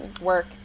work